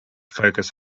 focus